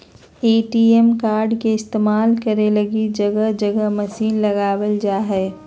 ATM card के इस्तेमाल करे लगी जगह जगह मशीन लगाबल जा हइ